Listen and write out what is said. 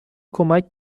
کمک